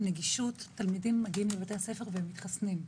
נגישות, התלמידים מגיעים לבתי הספר והם מתחסנים.